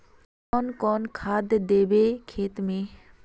कौन कौन खाद देवे खेत में?